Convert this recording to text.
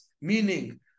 Meaning